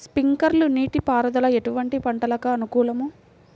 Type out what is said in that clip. Sprinkler నీటిపారుదల ఎటువంటి పంటలకు అనుకూలము?